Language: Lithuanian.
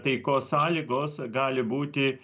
taikos sąlygos gali būti